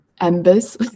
embers